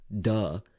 duh